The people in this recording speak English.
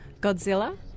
Godzilla